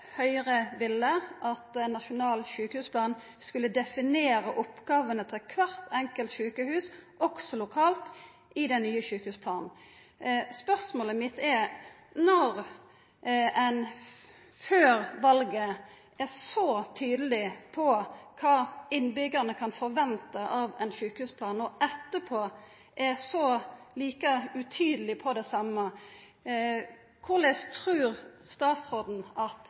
Høgre ville at ein nasjonal sjukehusplan skulle definera oppgåvene til kvart enkelt sjukehus, òg lokalt, i den nye sjukehusplanen. Spørsmålet mitt er: Når ein før valet er så tydeleg på kva innbyggjarane kan venta av ein sjukehusplan, og etterpå er like utydeleg på det same, korleis trur statsråden at